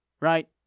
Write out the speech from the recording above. Right